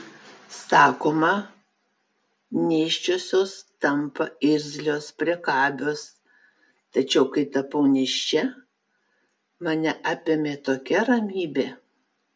sakoma nėščiosios tampa irzlios priekabios tačiau kai tapau nėščia mane apėmė tokia ramybė